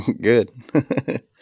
Good